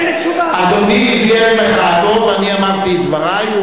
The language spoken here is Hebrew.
אדוני הביע את מחאתו ואני אמרתי את דברי,